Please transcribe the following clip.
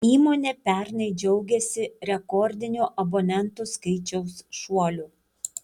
įmonė pernai džiaugėsi rekordiniu abonentų skaičiaus šuoliu